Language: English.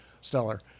Stellar